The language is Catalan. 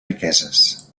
riqueses